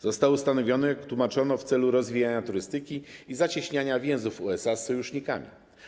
Został ustanowiony, jak tłumaczono, w celu rozwijania turystyki i zacieśniania więzów USA z sojusznikami.